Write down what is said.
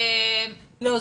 לא.